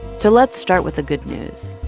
so let's start with the good news.